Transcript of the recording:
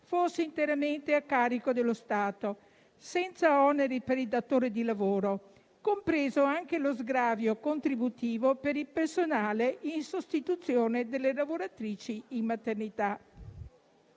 fosse interamente a carico dello Stato, senza oneri per i datori di lavoro, compreso anche lo sgravio contributivo per il personale in sostituzione delle lavoratrici in maternità.